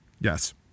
Yes